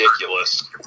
Ridiculous